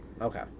Okay